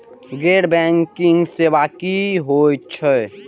गैर बैंकिंग सेवा की होय छेय?